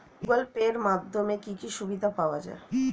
Google Pay এর মাধ্যমে কি কি সুবিধা পাওয়া যায়?